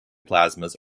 plasmas